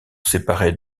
séparer